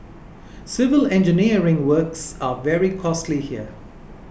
civil engineering works are very costly here